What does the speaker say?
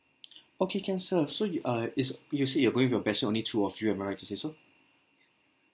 okay can sir so you uh is you said you are going with your best so only two of you am I right to say so